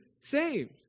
saved